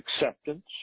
acceptance